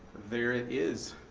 there it is.